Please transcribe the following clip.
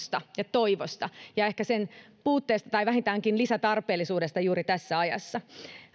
ja toivosta ja ehkä sen puutteesta tai vähintäänkin lisätarpeellisuudesta juuri tässä ajassa